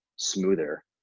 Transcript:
smoother